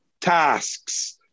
tasks